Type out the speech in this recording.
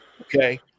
Okay